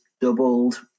doubled